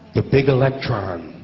the big electron!